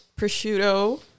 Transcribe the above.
prosciutto